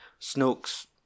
Snoke's